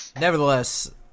nevertheless